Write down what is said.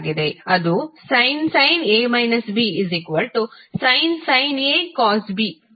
ಅದು sin sin A cosB cosA sin B